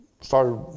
started